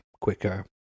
quicker